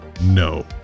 No